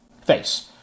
face